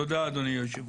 תודה אדוני היושב-ראש.